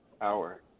hour